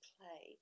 Play